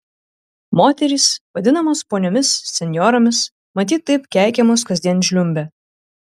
moterys vadinamos poniomis senjoromis matyt taip keikiamos kasdien žliumbia